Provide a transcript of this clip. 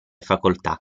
facoltà